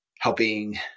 helping